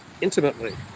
intimately